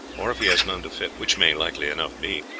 or if he has none to fit, which may likely enough be,